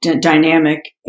dynamic